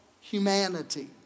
humanity